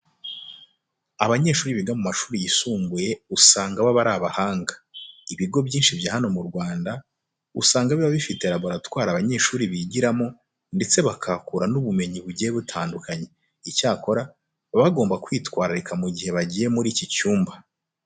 Abanyeshuri biga mu mashuri yisumbuye usanga baba ari abahanga. Ibigo byinshi bya hano mu Rwanda usanga biba bifite laboratwari abanyeshuri bigiramo ndetse bakahakura n'ubumenyi bugiye butandukanye. Icyakora, baba bagomba kwitwararika mu gihe bagiye muri iki cyumba.